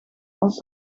als